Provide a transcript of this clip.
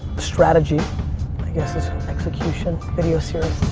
strategy, i guess this execution, video series.